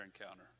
encounter